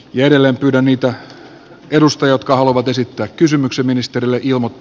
jäljelle mitä niitä edusta jotka haluavat esittää kysymyksen ministerille jo muut